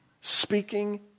speaking